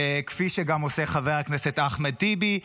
כפי שגם עושים חבר הכנסת אחמד טיבי,